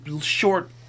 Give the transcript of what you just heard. Short